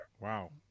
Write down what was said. Wow